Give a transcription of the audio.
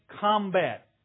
combat